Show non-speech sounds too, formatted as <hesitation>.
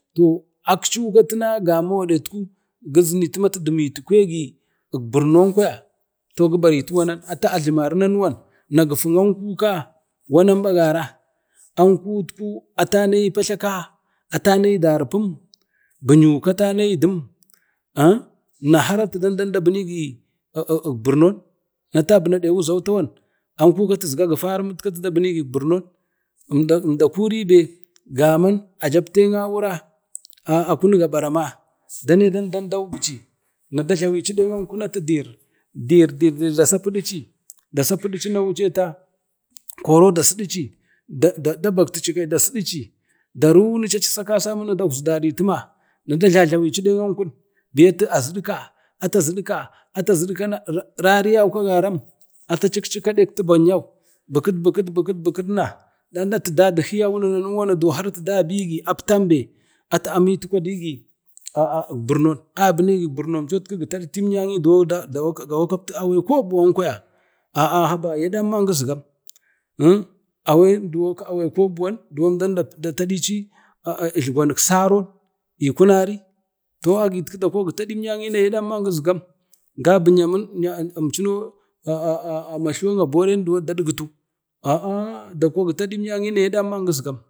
toh akci ka tuna gamau gaɗe gabaritu ukburnon kwaya ai gibaritu wanan gifin anku ka agara wanan, anku wutku atama patla ka atame darim biyu ka tamedum eh na har atuda bunigi ukburnan na wuzau ataba ɗan anku ka atuzga gifarim na atajhumigi ukburnoa hanuwan. əmda kuribe gaman ajabten awura a gabaraman dane dam dam dawublci nek anku na ati dir dir dir na dasapidi ci, dasapidi ci na dəbakti nada sidici da runuci na dasi kasamunna dari i tuma na dajlajlawiu nen ankwan na ata jiɗika, ata zidika na rariyen kagaram ata cikcika nek tuban yau bukid bukid na atudadi tiiyau na har atu dabigi aptan ben ata jhimigi ukburnon abunegi ukburom cona gi taɗi umyanyi kwaya ga wakapti nen awe kaɓuwan kwaya aa yaɗon nəm gijgam, <hesitation> awen duwa awe kwobuwa duwon datadki utlegwe nik saron i kunari to agidku gitaɗi imyanyi kwaya ya ɗamman jisgagam, gabi tlamin incino matluwan aboren dan dadgitu a'a doko gitadi imyanyi na yaɗan man gizgamu.